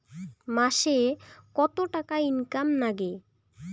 মাসে কত টাকা ইনকাম নাগে?